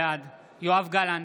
בעד יואב גלנט,